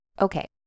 Okay